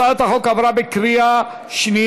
הצעת החוק עברה בקריאה שנייה.